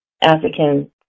African